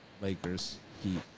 Lakers-Heat